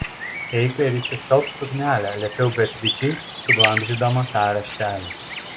eik ir išsiskalbk suknelę liepiau beatričei suglamžydama tą raštelį